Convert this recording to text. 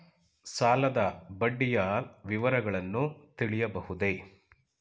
ಸಾಲದ ಬಡ್ಡಿಯ ವಿವರಗಳನ್ನು ತಿಳಿಯಬಹುದೇ?